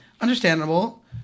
understandable